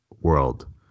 world